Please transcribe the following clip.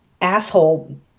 asshole